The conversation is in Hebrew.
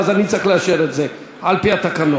ואז אני צריך לאשר את זה על-פי התקנון.